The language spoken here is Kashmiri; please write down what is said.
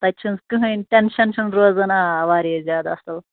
تَتہِ چھُنہٕ کٕہٕنۍ ٹٮ۪نٛشَن چھُنہٕ روزَن آ واریاہ زیادٕ اَصٕل